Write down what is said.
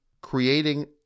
creating